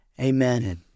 Amen